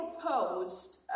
proposed